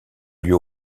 lieu